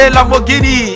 Lamborghini